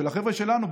של החבר'ה שלנו,